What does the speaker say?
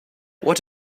what